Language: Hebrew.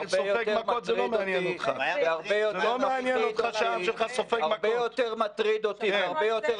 היא נגזרת ממצב מיוחד בעורף.